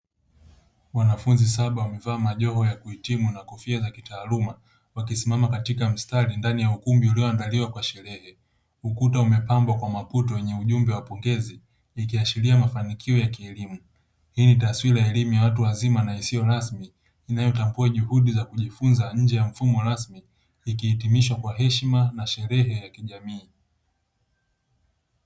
Wanafunzi saba wamevaa majoho ya kuhitimu na kofia za kitaaluma wakisimama katika mstari ndani ya ukumbi ulioandaliwa kwa sherehe ukuta umepambwa kwa maputo yenye ujumbe wa pongezi ikiashiria mafanikio ya kielimu hii ni taswira ya elimu ya watu wazima na isiyo rasmi inayotambua juhudi za kujifunza nje ya mfumo rasmi ikihitimishwa kwa heshima na shereje ya kijamii.